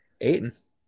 Aiden